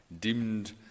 dimmed